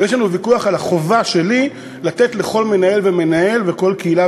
ויש לנו ויכוח על החובה שלי לתת לכל מנהל ומנהל ולכל קהילה